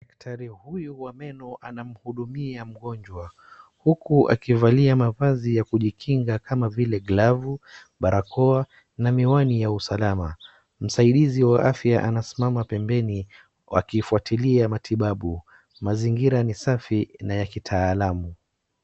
Daktari huyu wa meno anamhudumia mgonjwa huku akivalia mavazi ya kujikinga kama vile glavu, barakoa na miwani ya usalama. Msaidizi wa afya anasimama pembeni akifuatilia matibabu. Mazingira ni safi na ya kitaalamu.